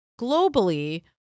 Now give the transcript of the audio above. globally